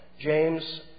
James